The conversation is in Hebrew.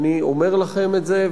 אני אומר לכם את זה,